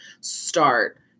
start